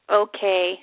okay